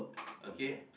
okay